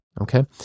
okay